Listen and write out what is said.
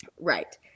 Right